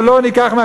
מה הוא רוצה בכלל.